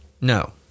No